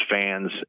fans